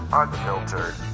unfiltered